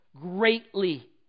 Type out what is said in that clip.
greatly